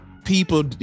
people